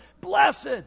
Blessed